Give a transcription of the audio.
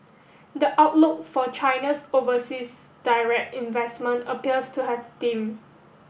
the outlook for China's overseas direct investment appears to have dim